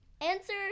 Answer